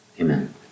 amen